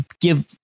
give